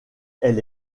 elle